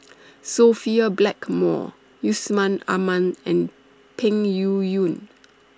Sophia Blackmore Yusman Aman and Peng Yuyun